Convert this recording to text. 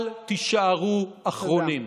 אל תישארו אחרונים.